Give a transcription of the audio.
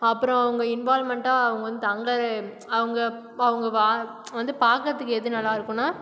அப்புறம் அவங்க இன்வால்வ்மெண்ட்டாக அவங்க வந்து தங்குற அவங்க வந்து பார்க்குறதுக்கு எது நல்லாயிருக்குனா